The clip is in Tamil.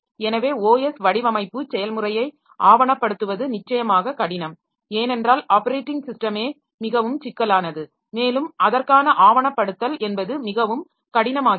எனவே OS வடிவமைப்பு செயல்முறையை ஆவணப்படுத்துவது நிச்சயமாக கடினம் ஏனென்றால் ஆப்பரேட்டிங் ஸிஸ்டமே மிகவும் சிக்கலானது மேலும் அதற்கான ஆவணப்படுத்தல் என்பது மிகவும் கடினமாகிறது